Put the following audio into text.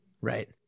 Right